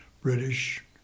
British